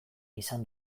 izan